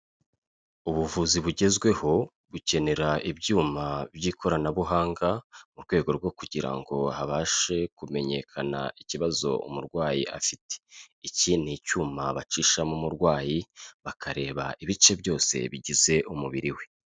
Ubuvuzi bugezweho bukenera ibyuma by'ikoranabuhanga, mu rwego rwo kugira ngo habashe kumenyekana ikibazo umurwayi afite, iki ni icyuma bacishamo umurwayi bakareba ibice byose bigize umubiri we.